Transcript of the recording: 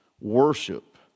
worship